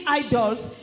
idols